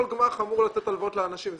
כל גמ"ח אמור לתת הלוואות לאנשים.